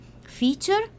feature